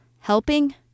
helping